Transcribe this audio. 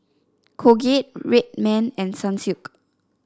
Colgate Red Man and Sunsilk